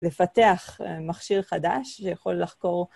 לפתח מכשיר חדש שיכול לחקור.